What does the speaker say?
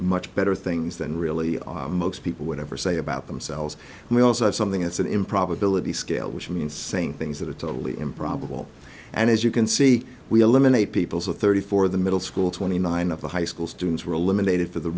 much better things than really most people would ever say about themselves and we also have something that's an improbability scale which means saying things that are totally improbable and as you can see we eliminate people so thirty four the middle school twenty nine of the high school students were eliminated for the